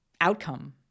outcome